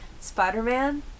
Spider-Man